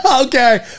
okay